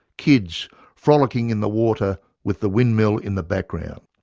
kids frolicking in the water with the windmill in the background.